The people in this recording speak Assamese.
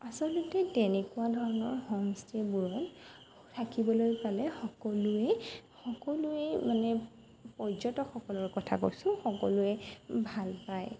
আচলতে তেনেকুৱা ধৰণৰ হোমষ্টেবোৰত থাকিবলৈ পালে সকলোৱেই সকলোৱেই মানে পৰ্যটকসকলৰ কথা কৈছোঁ সকলোৱে ভাল পায়